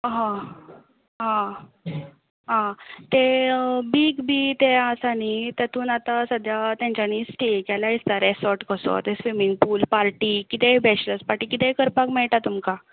हां हां आं तें बीग बी तें आसा न्हय तातूंत आतां सद्या तांच्यांनी स्टे केल्या दिसता रेसोर्ट कसो थंय स्विमींग पूल पार्टी ते बेचलर्स पार्टी कितेंय करपाक मेळटा तुमकां